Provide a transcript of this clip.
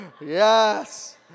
Yes